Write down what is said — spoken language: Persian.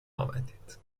آمدید